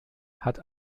hat